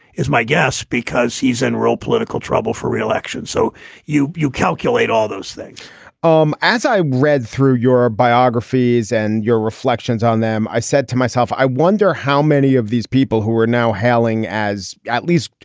is my guess because he's in real political trouble for re-election. so you you calculate all those things um as i read through your biographies and your reflections on them, i said to myself, i wonder how many of these people who are now hailing as at least,